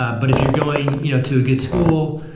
ah but if you're going you know to a good school,